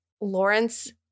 Lawrence